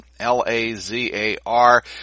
l-a-z-a-r